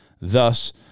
Thus